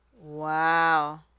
Wow